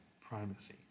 primacy